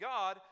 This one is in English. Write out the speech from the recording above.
God